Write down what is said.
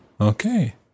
Okay